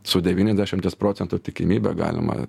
su devyniasdešimties procentų tikimybe galima